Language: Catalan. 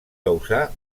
causar